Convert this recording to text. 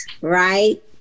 right